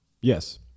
Yes